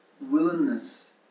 willingness